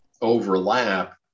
overlap